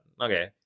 okay